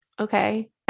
okay